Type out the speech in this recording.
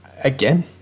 again